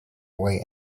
way